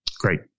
Great